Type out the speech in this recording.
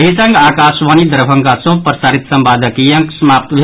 एहि संग आकाशवाणी दरभंगा सँ प्रसारित संवादक ई अंक समाप्त भेल